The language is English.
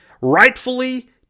rightfully